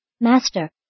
Master